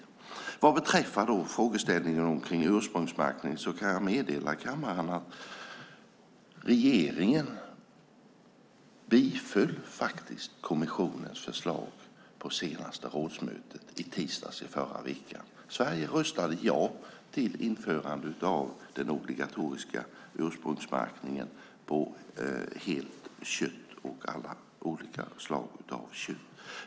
Vad beträffar frågeställningen om ursprungsmärkning kan jag meddela kammaren att regeringen faktiskt biföll kommissionens förslag på det senaste rådsmötet på tisdagen i förra veckan. Sverige röstade ja till införande av den obligatoriska ursprungsmärkningen på helt kött och alla olika slag av kött.